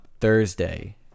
Thursday